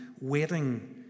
waiting